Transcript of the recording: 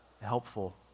helpful